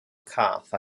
cath